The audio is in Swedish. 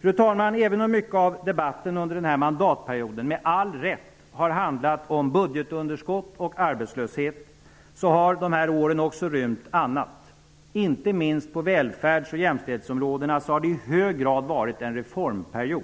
Fru talman! Även om mycket av debatten under denna mandatperiod, med all rätt, har handlat om budgetunderskott och arbetslöshet, har dessa år också rymt annat. Inte minst på välfärds och jämställdhetsområdena har det i hög grad varit en reformperiod.